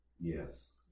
Yes